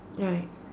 right